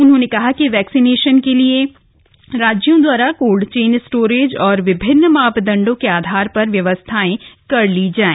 उन्होंने कहा कि वैक्सिनेसन के लिए राज्यों दवारा कोल्ड चेन स्टोरेज और विभिन्न मापदण्डों के आधार पर व्यवस्थाएं कर ली जाय